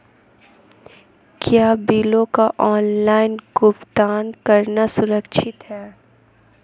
क्या बिलों का ऑनलाइन भुगतान करना सुरक्षित है?